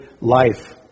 life